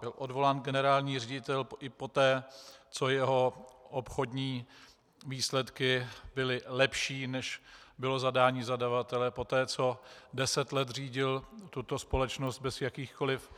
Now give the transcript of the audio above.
Byl odvolán generální ředitel i poté, co jeho obchodní výsledky byly lepší, než bylo zadání zadavatele, poté, co deset let řídil tuto společnost bez jakýchkoliv